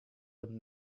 him